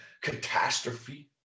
catastrophe